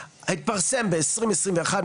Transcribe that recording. התפרסם ב- 2021,